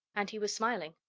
and he was smiling.